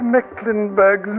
Mecklenburg